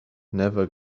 never